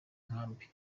nkambi